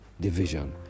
division